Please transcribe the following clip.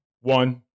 One